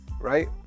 Right